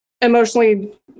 emotionally